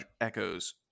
echoes